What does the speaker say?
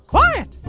Quiet